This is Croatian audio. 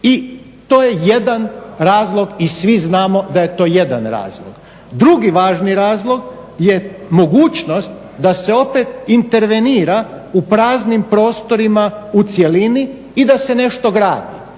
i to je jedan razlog i svi znamo da je to jedan razlog. Drugi važni razlog je mogućnost da se opet intervenira u praznim prostorima u cjelini i da se nešto gradi,